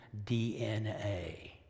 DNA